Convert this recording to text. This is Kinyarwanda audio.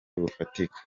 bufatika